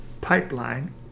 Pipeline